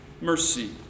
mercy